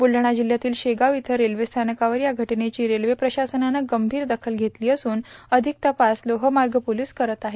बुलढाणा जिल्हयातील शेगाव इथं रेल्वे स्थानकावर या घटनेची रेल्वे प्रशासनानं गंभीर दखल घेतली असून अधिक तपास लोहमार्ग पोलीस करीत आहे